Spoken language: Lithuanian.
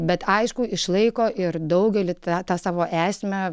bet aišku išlaiko ir daugelį tą savo esmę